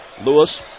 Lewis